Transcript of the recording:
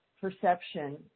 perception